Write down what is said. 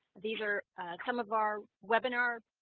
these are some of our webinar